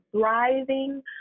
thriving